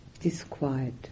disquiet